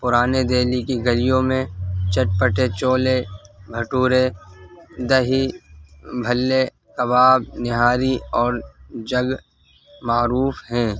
پرانے دہلی کی گلیوں میں چٹپٹے چھولے بھٹورے دہی بھلے کباب نہاری اور جگ معروف ہیں